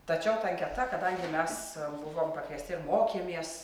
tačiau ta anketa kadangi mes ten buvom buvome pakviesti ir mokėmės